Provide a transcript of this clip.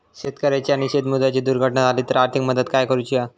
शेतकऱ्याची आणि शेतमजुराची दुर्घटना झाली तर आर्थिक मदत काय करूची हा?